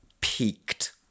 peaked